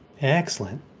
Excellent